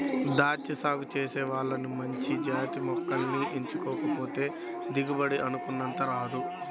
దాచ్చా సాగు చేసే వాళ్ళు మంచి జాతి మొక్కల్ని ఎంచుకోకపోతే దిగుబడి అనుకున్నంతగా రాదు